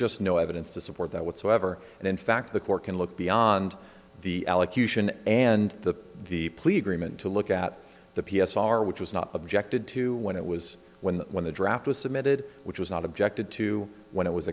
just no evidence to support that whatsoever and in fact the court can look beyond the allocution and the the plea agreement to look at the p s r which was not objected to when it was when when the draft was submitted which was not objected to when it was